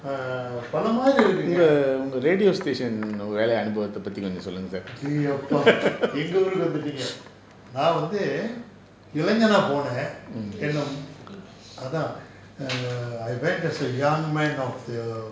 err பல மாரி இருக்கு இங்க அடேய் அப்பா எங்க ஊருக்கு வந்துடீங்க நான் வந்து இளைஞ்சனா போனேன் என்ன அதான்:pala maari irukku inga adei appa enga oorukkku vanthuteenga naan vanthu ilainjana ponaen enna athaan err I went as a young man of the